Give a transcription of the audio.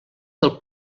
del